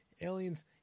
Aliens